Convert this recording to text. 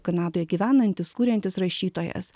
kanadoje gyvenantis kuriantis rašytojas